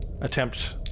attempt